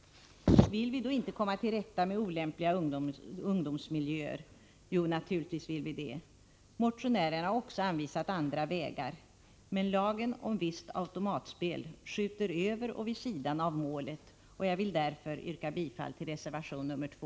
Vill vi då inte komma till rätta med olämpliga ungdomsmiljöer? Jo, naturligtvis vill vi det. Motionärerna har också anvisat andra vägar. Men lagen om visst automatspel skjuter över och vid sidan av målet, och jag vill därför yrka bifall till reservation nr 2.